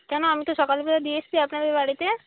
কেন আমি তো সকালবেলা দিয়ে এসছি আপনাদের বাড়িতে